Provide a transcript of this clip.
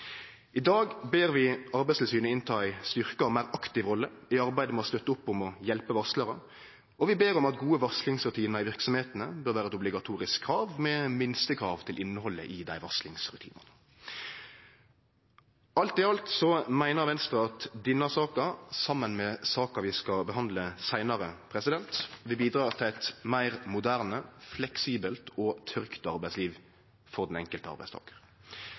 I dag ber vi Arbeidstilsynet ta ei styrkt og meir aktiv rolle i arbeidet med å støtte opp om og hjelpe varslarar, og vi ber om at gode varslingsrutinar i verksemdene bør vere eit obligatorisk krav med minstekrav til innhaldet i dei varslingsrutinane. Alt i alt meiner Venstre at denne saka, saman med saka vi skal behandle seinare, vil bidra til eit meir moderne, fleksibelt og trygt arbeidsliv for den enkelte arbeidstakar.